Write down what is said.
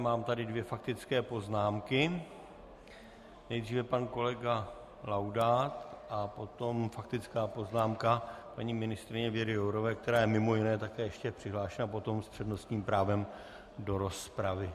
Mám tady dvě faktické poznámky nejdříve pan kolega Laudát a potom faktická poznámka paní ministryně Věry Jourové, která je mimo jiné také ještě přihlášena potom s přednostním právem do rozpravy.